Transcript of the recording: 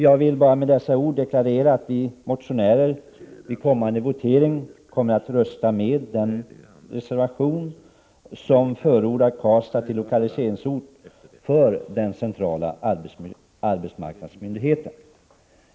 Jag ville med dessa ord bara deklarera att vi motionärer i följande votering kommer att rösta på den reservation som förordat Karlstad som lokaliseringsort för den centrala AMU-myndigheten.